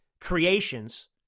creations